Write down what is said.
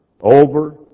Over